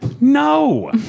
no